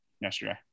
yesterday